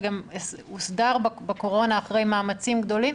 וגם הוסדרה בקורונה אחרי מאמצים גדולים,